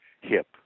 hip